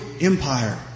empire